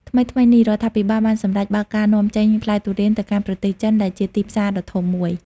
ថ្មីៗនេះ រដ្ឋាភិបាលបានសម្រេចបើកការនាំចេញផ្លែទុរេនទៅកាន់ប្រទេសចិន ដែលជាទីផ្សារដ៏ធំមួយ។